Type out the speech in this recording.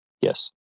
Yes